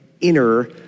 inner